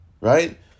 right